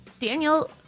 Daniel